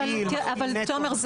תומר,